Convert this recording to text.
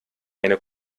eine